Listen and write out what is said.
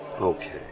Okay